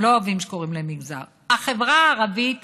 הם לא אוהבים שקוראים להם "מגזר" החברה הערבית